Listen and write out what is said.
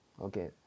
okay